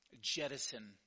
jettison